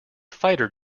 fighter